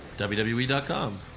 WWE.com